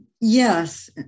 yes